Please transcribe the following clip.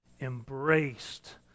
embraced